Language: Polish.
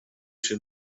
się